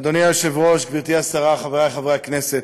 אדוני היושב-ראש, גברתי השרה, חברי חברי הכנסת,